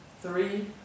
three